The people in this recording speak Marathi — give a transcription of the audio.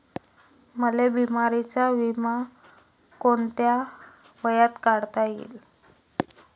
मले बिमारीचा बिमा कोंत्या वयात काढता येते?